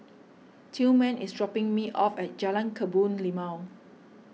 Tillman is dropping me off at Jalan Kebun Limau